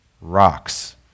rocks